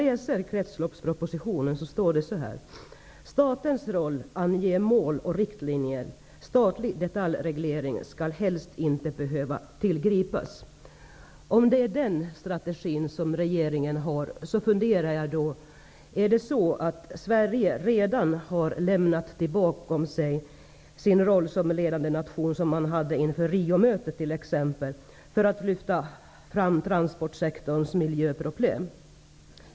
I kretsloppspropositionen står det: ''Statens roll är att ange mål och riktlinjer. Statlig detaljreglering skall helst inte behöva tillgripas.'' Om regeringen har den strategin, undrar jag: Har Sverige redan lämnat bakom sig den roll såsom ledande nation som man hade inför Riomötet för att lyfta fram transportsektorns miljöproblem?